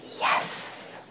yes